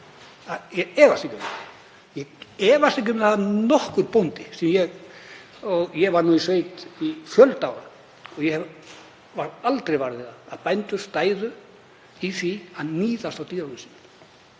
Ég efast ekki um það. Ég efast ekki um að nokkur bóndi — ég var í sveit í fjölda ára og ég varð aldrei var við að bændur stæðu í því að níðast á dýrunum sínum